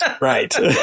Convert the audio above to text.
right